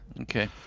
Okay